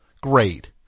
Great